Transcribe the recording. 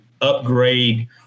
upgrade